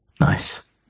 Nice